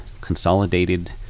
consolidated